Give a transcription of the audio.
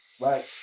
right